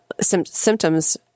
symptoms